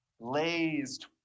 blazed